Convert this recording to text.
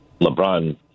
LeBron